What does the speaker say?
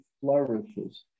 flourishes